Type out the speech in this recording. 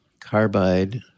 carbide